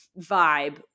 vibe